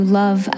love